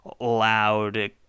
loud